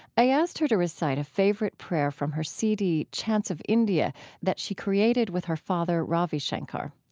i asked her to recite a favorite prayer from her cd chants of india that she created with her father, ravi shankar.